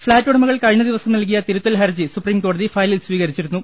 flat ഉടമകൾ കഴിഞ്ഞ ദിവസം നൽകിയ തിരുത്തൽ ഹർജി സുപ്രീംകോടതി ഫയലിൽ സ്വീകരിച്ചിരുന്നു